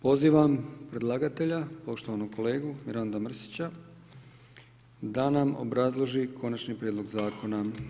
Pozivam predlagatelja, poštovanog kolegu Miranda Mrsića da nam obrazloži Konačni prijedlog Zakona.